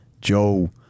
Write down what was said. Joe